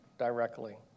directly